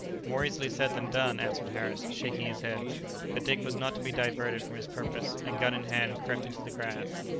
more easily said than done, answered harris, shaking his head but dick was not to be diverted from his purpose, and, gun in hand, crept into the grass.